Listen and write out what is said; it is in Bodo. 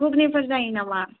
गुगुनिफोर जायो नामा